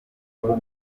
kuba